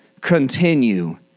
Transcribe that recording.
continue